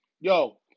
Yo